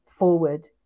forward